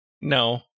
No